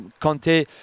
Conte